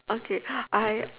okay I